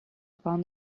upon